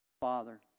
Father